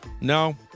No